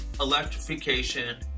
electrification